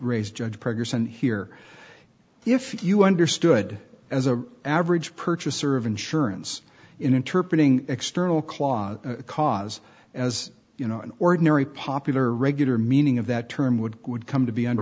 raised judge preggers and here if you understood as a average purchaser of insurance interpret ing external clause cause as you know an ordinary popular regular meaning of that term would good come to be